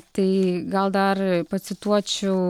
tai gal dar pacituočiau